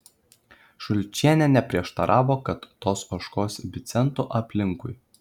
šulčienė neprieštaravo kad tos ožkos bidzentų aplinkui